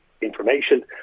information